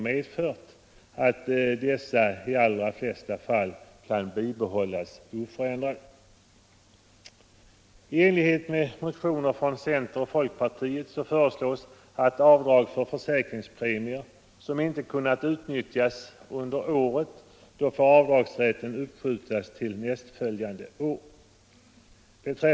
medfört att dessa — Beskattningsreglerförsäkringar i de allra flesta fall kan behållas oförändrade. na för pensionsför I enlighet med motion från centern och folkpartiet föreslås att avdrag — säkringar, m. m för försäkringspremier som inte kunnat utnyttjas under året får uppskjutas till nästföljande år.